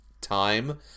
time